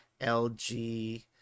LG